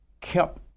kept